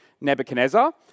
Nebuchadnezzar